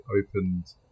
opened